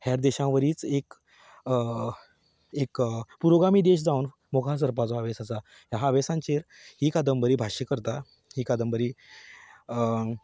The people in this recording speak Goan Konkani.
हेर देशां वरीच एक एक पुरोगामी देश जावन मुखार सरपाचो हांवेस आसा ह्या हांवेसांचेर ही कादंबरी भाश्य करता ही कादंबरी